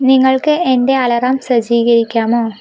നിങ്ങൾക്ക് എൻ്റെ അലാറം സജ്ജീകരിക്കാമോ